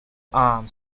arms